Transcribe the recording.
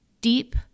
Deep